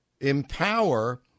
empower